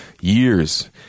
years